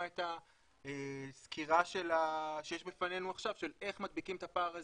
את הסקירה שיש בפנינו עכשיו של איך מדביקים את הפער הזה,